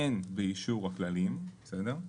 אין באישור הכללים, בסדר?